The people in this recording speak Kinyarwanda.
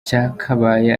cyakabaye